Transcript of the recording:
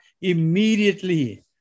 immediately